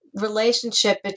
relationship